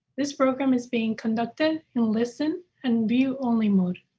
this program is being conducted in listen and view only mode.